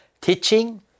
teaching